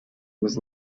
was